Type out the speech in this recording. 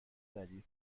دلیل